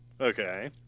Okay